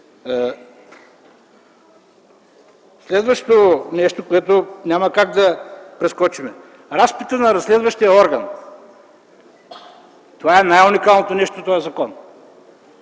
Следващото нещо, което няма как да прескочим, е разпитът на разследващия орган. Това е най-уникалното нещо в този закон.